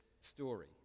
story